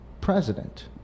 president